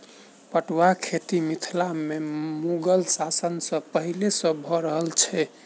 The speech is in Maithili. पटुआक खेती मिथिला मे मुगल शासन सॅ पहिले सॅ भ रहल छै